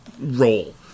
role